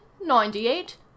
ninety-eight